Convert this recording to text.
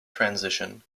transition